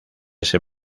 ese